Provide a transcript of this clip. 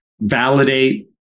validate